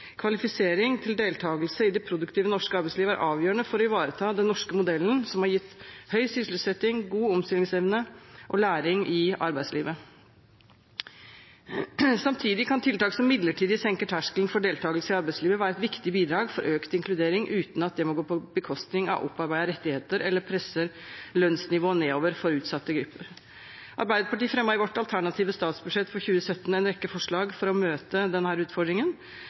Kvalifisering til deltagelse i det produktive norske arbeidslivet er avgjørende for å ivareta den norske modellen, som har gitt høy sysselsetting, god omstillingsevne og læring i arbeidslivet. Samtidig kan tiltak som midlertidig senker terskelen for deltagelse i arbeidslivet, være et viktig bidrag til økt inkludering, uten at dette må gå på bekostning av opparbeidede rettigheter eller presser lønnsnivået nedover for utsatte yrkesgrupper. Arbeiderpartiet fremmet i vårt alternative statsbudsjett for 2017 en rekke forslag for å møte denne utfordringen.